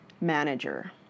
manager